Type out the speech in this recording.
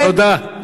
תודה.